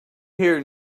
hear